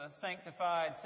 sanctified